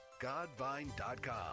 Godvine.com